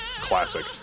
classic